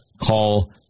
call